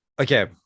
Okay